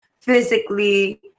physically